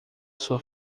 sua